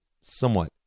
somewhat